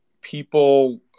people